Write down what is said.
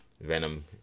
Venom